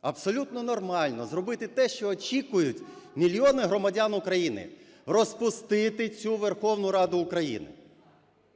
абсолютно нормально зробити те, що очікують мільйони громадян України: розпустити цю Верховну Раду України.